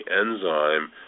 enzyme